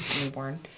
newborn